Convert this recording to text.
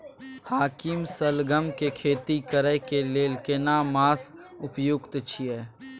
हाकीम सलगम के खेती करय के लेल केना मास उपयुक्त छियै?